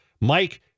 Mike